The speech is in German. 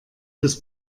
das